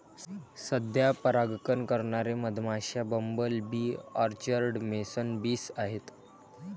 सध्या परागकण करणारे मधमाश्या, bumble bee, orchard mason bees आहेत